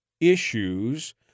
issues